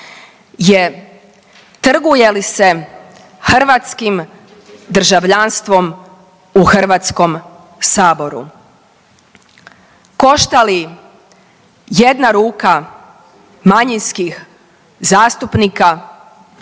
trguje li se hrvatskim državljanstvom u HS-U? Košta li jedna ruka manjinskih zastupnika